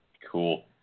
Cool